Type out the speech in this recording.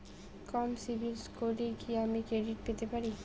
কম সিবিল স্কোরে কি আমি ক্রেডিট পেতে পারি?